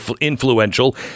influential